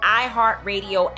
iHeartRadio